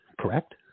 Correct